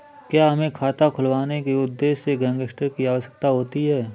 क्या हमें खाता खुलवाने के उद्देश्य से गैरेंटर की आवश्यकता होती है?